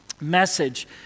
message